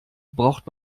braucht